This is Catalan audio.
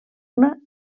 una